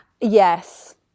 Yes